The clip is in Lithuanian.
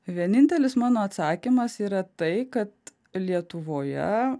vienintelis mano atsakymas yra tai kad lietuvoje